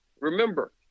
Remember